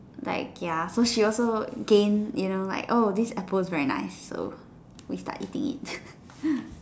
like ya so she also gain you know like oh this apple is very nice so we start eating it